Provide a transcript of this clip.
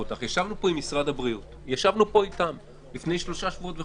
ישבנו פה עם משרד הבריאות לפני שלושה שבועות וחודש,